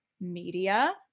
media